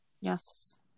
Yes